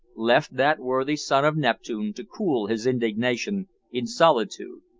left that worthy son of neptune to cool his indignation in solitude.